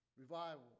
Revival